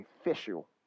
official